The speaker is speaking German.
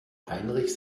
heinrich